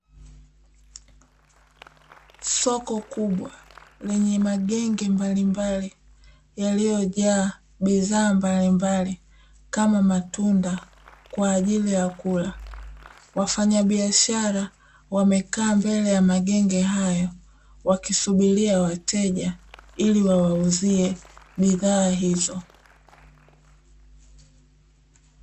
Soko kubwa lenye magenge mbalimbali yaliyojaa bidhaa mbalimbali kama matunda kwaajili ya kula, wafanyabiashara wamekaa mbele ya magenge hayo wakisubiria wateja ili wawauzie bidha hizo.